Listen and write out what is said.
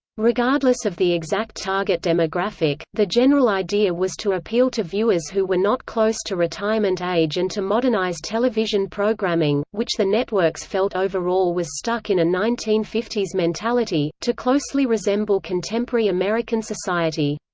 regardless of the exact target demographic, the general idea was to appeal to viewers who were not close to retirement age and to modernize television programming, which the networks felt overall was stuck in a nineteen fifty s mentality, to closely resemble contemporary american society.